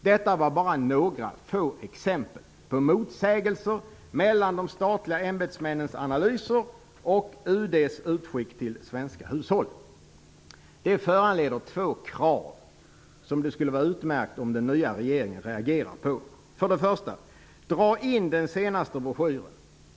Detta var bara några få exempel på motsägelser mellan de statliga ämbetsmännens analyser och UD:s utskick till svenska hushåll. Det föranleder två krav, som det skulle vara utmärkt om den nya regeringen reagerar på. För det första: Dra in den senaste broschyren!